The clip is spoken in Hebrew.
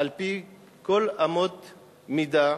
על-פי כל אמות המידה,